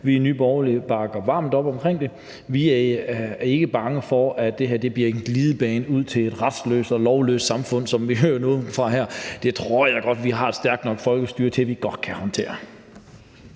vi i Nye Borgerlige bakker varmt op om. Vi er ikke bange for, at det her bliver en glidebane ud til et retsløst og lovløst samfund, som vi hører det fra nogen her. Det tror jeg at vi har et stærkt nok folkestyre til at kunne håndtere.